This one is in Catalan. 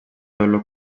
dolor